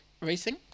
racing